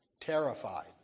terrified